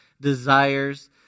desires